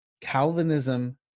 Calvinism